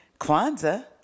Kwanzaa